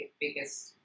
biggest